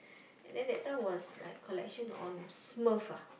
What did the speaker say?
and then that time was like collection on Smurf ah